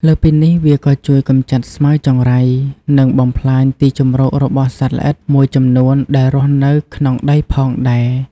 លើសពីនេះ វាក៏ជួយកម្ចាត់ស្មៅចង្រៃ និងបំផ្លាញទីជម្រករបស់សត្វល្អិតមួយចំនួនដែលរស់នៅក្នុងដីផងដែរ។